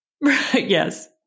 Yes